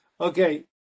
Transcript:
okay